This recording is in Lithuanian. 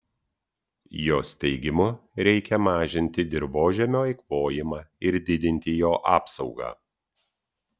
jos teigimu reikia mažinti dirvožemio eikvojimą ir didinti jo apsaugą